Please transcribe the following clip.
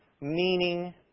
meaning